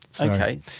okay